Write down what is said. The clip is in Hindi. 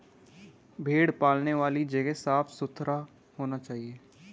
भेड़ पालने वाली जगह साफ सुथरा होना चाहिए